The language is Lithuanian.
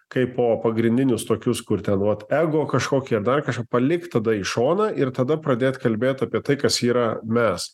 kaipo pagrindinius tokius kur ten ot ego kažkokie dar kažką palikt tada į šoną ir tada pradėt kalbėt apie tai kas yra mes